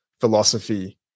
philosophy